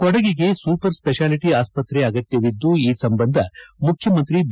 ಕೊಡಗಿಗೆ super speciality ಆಸ್ವತ್ರೆ ಅಗತ್ಯವಿದ್ದು ಈ ಸಂಬಂಧ ಮುಖ್ಯಮಂತ್ರಿ ಬಿ